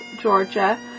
Georgia